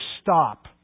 stop